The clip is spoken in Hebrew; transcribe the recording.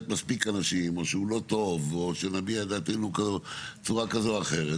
מספיק אנשים או שהוא לא טוב או שנביע דעתנו בצורה כזו או אחרת,